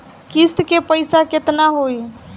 किस्त के पईसा केतना होई?